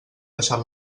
deixat